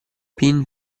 pin